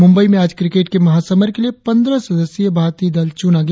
मुंबई में आज क्रिकेट के महासमर के लिए पंद्रह सदस्यीय भारतीय दल चुना गया